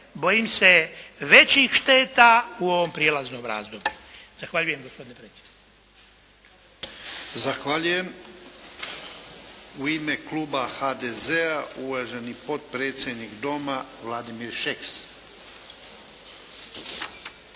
bojim se većih šteta u ovom prijelaznom razdoblju. Zahvaljujem gospodine predsjedniče. **Bebić, Luka (HDZ)** Zahvaljujem. U ime Kluba HDZ-a, uvaženi potpredsjednik Doma, Vladimir Šeks.